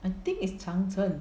I think it's 长城